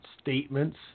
statements